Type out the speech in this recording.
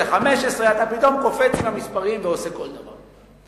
זה 15. אתה קופץ פתאום עם המספרים ועושה כל דבר.